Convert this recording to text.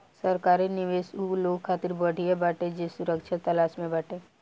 सरकारी निवेश उ लोग खातिर बढ़िया बाटे जे सुरक्षा के तलाश में बाटे